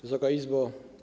Wysoka Izbo!